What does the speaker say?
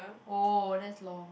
oh that's long